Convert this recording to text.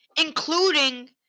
including